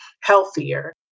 healthier